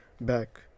back